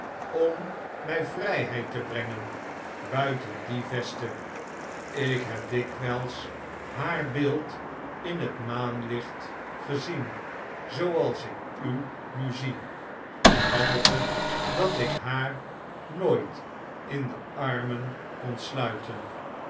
om my vrijheid te brengen buiten die veste ik heb dikwijls haar beeld in het maanlicht gezien zooals ik u nu zie behalve dat ik haar nooit in de armen kon sluiten